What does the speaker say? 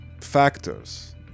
factors